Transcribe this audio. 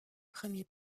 premier